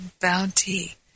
bounty